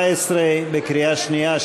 סעיף 41 ל-2017 בקריאה שנייה,